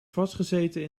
vastgezeten